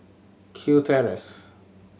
Kew Terrace